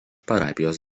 parapijos